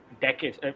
decades